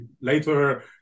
later